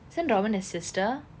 isn't robin his sister